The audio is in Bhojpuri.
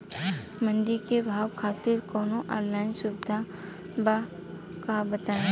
मंडी के भाव खातिर कवनो ऑनलाइन सुविधा बा का बताई?